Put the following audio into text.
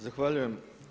Zahvaljujem.